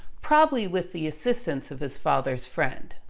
probably with the assistance of his father's friend.